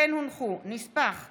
כמו כן הונחו נספח ג',